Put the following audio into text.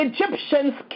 Egyptians